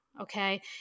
Okay